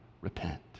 Repent